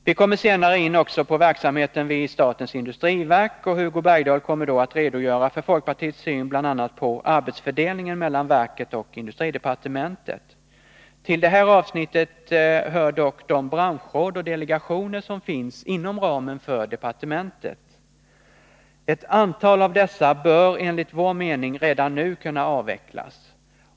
Vi kommer senare in också på verksamheten vid statens industriverk. Hugo Bergdahl kommer då att redogöra för folkpartiets syn bl.a. på arbetsfördelningen mellan verket och industridepartementet. Till det här avsnittet hör dock de branschråd och delegationer som finns inom ramen för departementet. Ett antal av dessa bör enligt vår mening redan nu kunna avvecklas.